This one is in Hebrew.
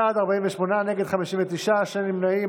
בעד, 48, נגד, 59, שני נמנעים.